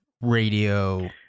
Radio